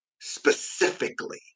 specifically